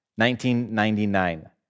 1999